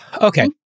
Okay